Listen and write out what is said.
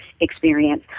experience